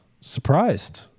surprised